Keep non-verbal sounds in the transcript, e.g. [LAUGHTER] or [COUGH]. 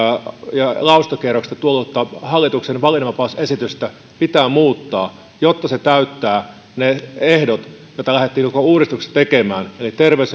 ja lausuntokierrokselta tullutta hallituksen valinnanvapausesitystä pitää muuttaa jotta se täyttää ne ehdot joita lähdettiin koko uudistuksessa tekemään eli terveys [UNINTELLIGIBLE]